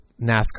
NASCAR